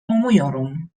umuyorum